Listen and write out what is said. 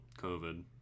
COVID